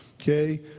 Okay